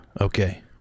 Okay